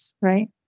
right